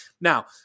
Now